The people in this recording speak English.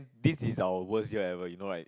this is our worst right well you know right